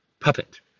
Puppet